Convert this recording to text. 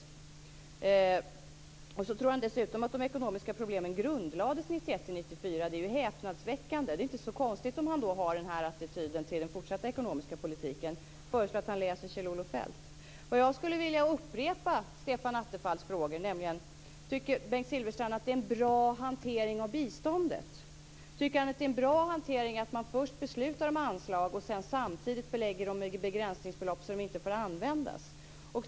Bengt Silfverstrand tror dessutom att de ekonomiska problemen grundlades 1991-1994. Det är häpnadsväckande. Det är inte så konstigt om han då har den här attityden till den fortsatta ekonomiska politiken. Jag föreslår att han läser Kjell-Olof Feldt. Jag skulle vilja upprepa Stefan Attefalls frågor. Tycker Bengt Silfverstrand att det är en bra hantering av biståndet? Tycker han att det är en bra hantering att man först beslutar om anslag och sedan samtidigt belägger dem med begränsningsbelopp så att de inte får användas?